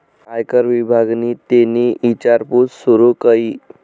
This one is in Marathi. आयकर विभागनि तेनी ईचारपूस सूरू कई